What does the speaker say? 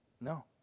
No